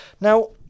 Now